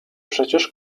przecież